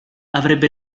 avrebbe